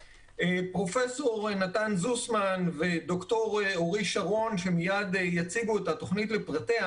פרופ' נתן זוסמן וד"ר אורי שרון שמיד יציגו את התוכנית לפרטיה.